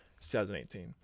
2018